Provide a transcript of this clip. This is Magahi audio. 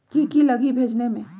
की की लगी भेजने में?